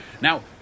Now